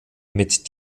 mit